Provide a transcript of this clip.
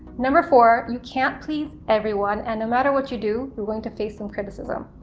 number four you can't please everyone and no matter what you do you're going to face some criticism,